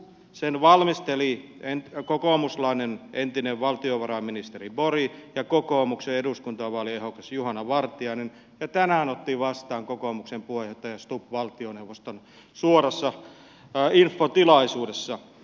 sen valmistelivat kokoomuslainen entinen valtiovarainministeri borg ja kokoomuksen eduskuntavaaliehdokas juhana vartiainen ja tänään otti vastaan kokoomuksen puheenjohtaja stubb valtioneuvoston suorassa infotilaisuudessa